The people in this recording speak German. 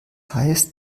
heißt